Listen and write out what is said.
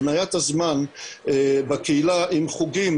הבניית הזמן בקהילה עם חוגים,